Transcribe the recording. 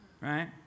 right